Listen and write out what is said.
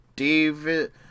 david